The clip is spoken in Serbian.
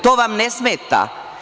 To vam ne smeta.